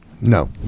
No